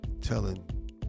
telling